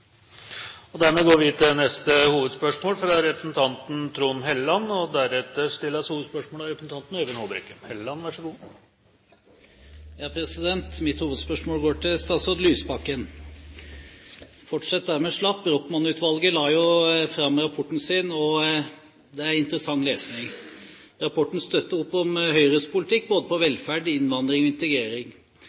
Vi går til neste hovedspørsmål. Mitt hovedspørsmål går til statsråd Lysbakken. Jeg fortsetter der vi slapp. Brochmann-utvalget la jo fram rapporten sin, og det er interessant lesning. Rapporten støtter opp om Høyres politikk når det gjelder både velferd, innvandring og integrering.